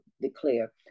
declare